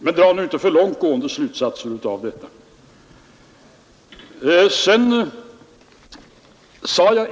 Men dra inte för långt gående slutsatser av detta.